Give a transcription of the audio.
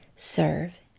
serve